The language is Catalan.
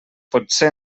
potser